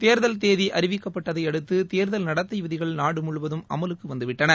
தேர்தல் தேதி அறிவிக்கப்பட்டதை அடுத்து தேர்தல் நடத்தை விதிகள் நாடு முழுவதும் அமலுக்கு வந்துவிட்டன